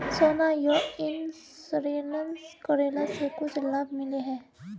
सोना यह इंश्योरेंस करेला से कुछ लाभ मिले है?